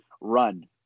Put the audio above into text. run